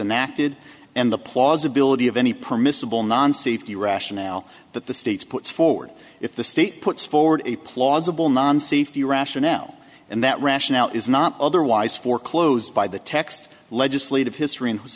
did and the plausibility of any permissible non si for the rationale that the states puts forward if the state puts forward a plausible non safety rationale and that rationale is not otherwise foreclosed by the text legislative history and